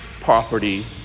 property